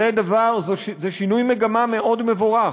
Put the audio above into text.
זה שינוי מגמה מאוד מבורך.